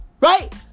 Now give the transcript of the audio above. right